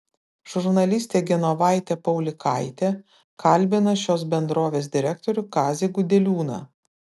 žurnalistė genovaitė paulikaitė kalbina šios bendrovės direktorių kazį gudeliūną